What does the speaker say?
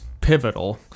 pivotal